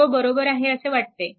सर्व बरोबर आहे असे वाटते